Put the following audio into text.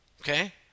okay